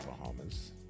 Bahamas